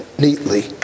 neatly